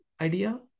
idea